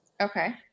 Okay